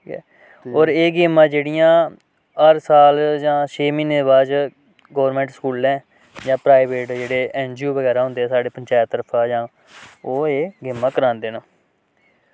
होर एह् गेमां जेह्ड़ियां हर साल जां छे म्हीनै बाद गौरमेंट स्कूलें जां प्राईवेट एनजीओ बगैरा होंदे जादैतर ओह् एह् गेमां करांदे न